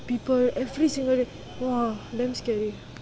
people every single day !wah! damn scary